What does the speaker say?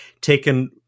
taken